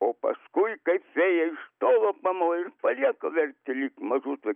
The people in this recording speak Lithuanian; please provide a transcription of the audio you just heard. o paskui kaip vėjai tolo pamoja ir palieka vėl tryt mazuto